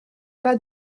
pas